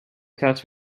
test